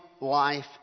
life